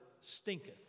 stinketh